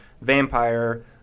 vampire